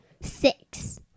Six